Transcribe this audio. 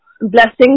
Blessings